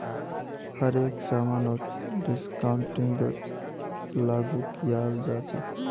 हर एक समानत डिस्काउंटिंगक लागू कियाल जा छ